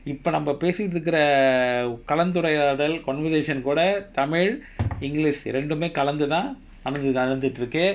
இப்ப நம்ம பேசிட்டு இருக்குற கலந்துரையாடல்:ippa namma pesitu irukura kalanthurayaadal conversation கூட:kooda tamil english ரெண்டுமே கலந்துதான் இது நடந்துட்டு இருக்கு:rendumae kalanthuthaan ithu nadanthutu irukku